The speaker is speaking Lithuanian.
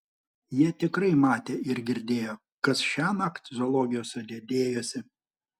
jie tikrai matė ir girdėjo kas šiąnakt zoologijos sode dėjosi